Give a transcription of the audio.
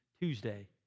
Tuesday